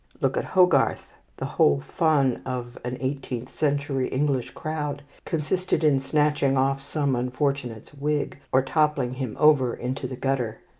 look at hogarth. the whole fun of an eighteenth-century english crowd consisted in snatching off some unfortunate's wig, or toppling him over into the gutter.